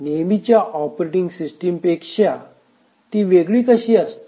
नेहमीच्या operating system पेक्षा वेगळी कशी असते